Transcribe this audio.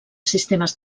sistemes